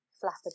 flapper